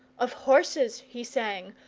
of horses he sang,